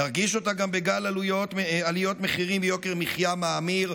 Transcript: נרגיש אותה גם בגל עליות מחירים ויוקר המחיה המאמיר,